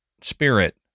spirit